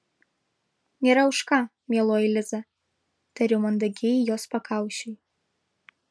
nėra už ką mieloji liza tariu mandagiai jos pakaušiui